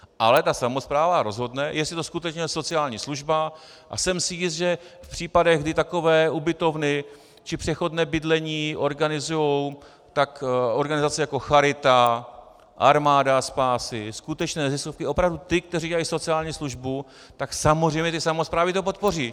Ale ta samospráva rozhodne, jestli je to skutečně sociální služba, a jsem si jist, že v případech, kdy takové ubytovny či přechodné bydlení organizují organizace jako Charita, Armáda spásy, skutečné neziskovky, opravdu ty, kteří dělají sociální službu, tak samozřejmě ty samosprávy to podpoří.